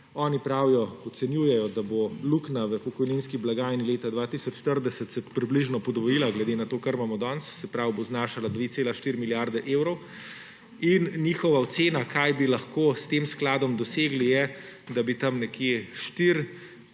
Oni pravijo, ocenjujejo, da bo luknja v pokojninski blagajni leta 2040 se približno podvojila, glede na to kar imamo danes. Se pravi, bo znašala 2,4 milijarde evrov in njihova ocena kaj bi lahko s tem skladom dosegli je, da bi tam nekje 4,